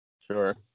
sure